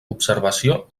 observació